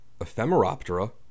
Ephemeroptera